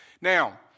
Now